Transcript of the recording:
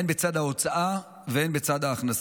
הן בצד ההוצאה והן בצד ההכנסה,